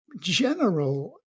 general